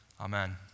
Amen